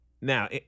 Now